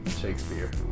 Shakespeare